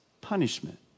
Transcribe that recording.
punishment